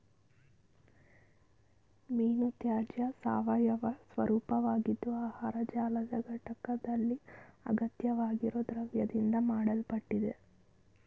ಮೀನುತ್ಯಾಜ್ಯ ಸಾವಯವ ಸ್ವರೂಪವಾಗಿದ್ದು ಆಹಾರ ಜಾಲದ ಘಟಕ್ದಲ್ಲಿ ಅಗತ್ಯವಾಗಿರೊ ದ್ರವ್ಯದಿಂದ ಮಾಡಲ್ಪಟ್ಟಿದೆ